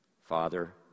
Father